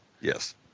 Yes